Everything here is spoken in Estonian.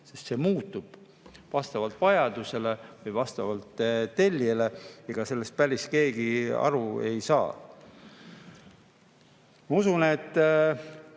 sest see muutub vastavalt vajadusele või vastavalt tellijale. Ega sellest päriselt keegi aru ei saa. Ma usun, et